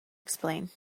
explain